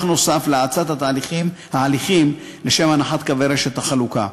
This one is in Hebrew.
נוסף להאצת ההליכים לשם הנחת קווי רשת החלוקה.